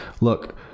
look